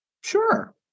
Sure